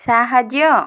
ସାହାଯ୍ୟ